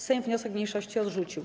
Sejm wniosek mniejszości odrzucił.